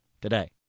today